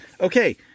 Okay